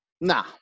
Nah